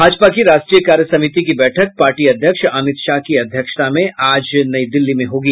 भाजपा की राष्ट्रीय कार्य समिति की बैठक पार्टी अध्यक्ष अमित शाह की अध्यक्षता में आज नई दिल्ली में होगी